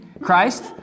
Christ